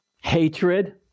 hatred